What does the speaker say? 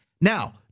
Now